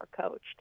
coached